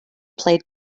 played